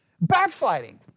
backsliding